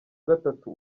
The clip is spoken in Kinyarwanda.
gatatu